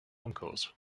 encores